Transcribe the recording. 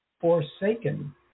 forsaken